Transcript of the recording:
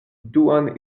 duan